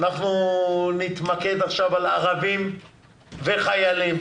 ונתמקד בערבים וחיילים.